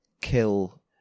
kill